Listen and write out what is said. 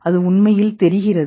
அது உண்மையில் தெரிகிறது